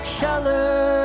color